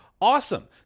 awesome